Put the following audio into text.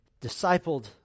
discipled